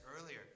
earlier